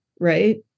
right